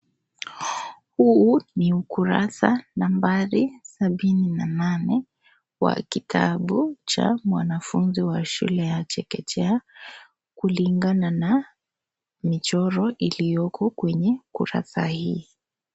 Huu ni ukurasa nambari sabini na nane wa kitabu cha mwanafunzi wa shule ya chekechea, kulingana na mchoro iliyoko kwenye ukurasa hii.